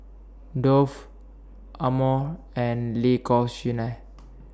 Dove Amore and L'Occitane